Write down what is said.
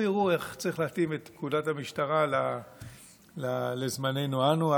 ויראו איך צריך להתאים את פקודת המשטרה לזמננו אנו.